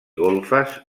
golfes